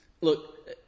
Look